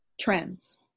trends